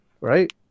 right